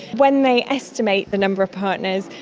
when they estimate the number of partners,